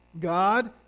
God